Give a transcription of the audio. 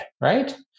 right